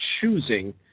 choosing